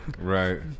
Right